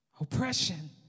Oppression